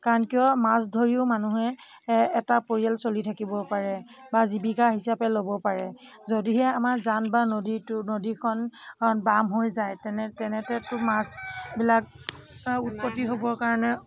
কাৰণ কিয় মাছ ধৰিও মানুহে এটা পৰিয়াল চলি থাকিব পাৰে বা জীৱিকা হিচাপে ল'ব পাৰে যদিহে আমাৰ জান বা নদীটো নদীখন বাম হৈ যায় তেনে তেনেতেটো মাছবিলাক উৎপত্তি হ'বৰ কাৰণে